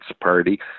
party